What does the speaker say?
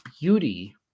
beauty